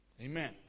Amen